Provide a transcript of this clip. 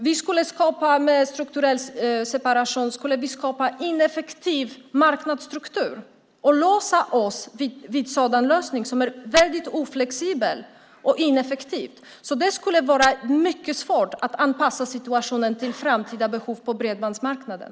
Vi skulle med strukturell separation skapa en ineffektiv marknadsstruktur och låsa oss vid en lösning som är oflexibel och ineffektiv. Det skulle vara mycket svårt att anpassa situationen till framtida behov på bredbandsmarknaden.